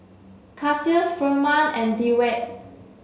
Cassius Firman and Dewitt